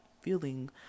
feeling